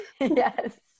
Yes